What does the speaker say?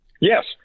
Yes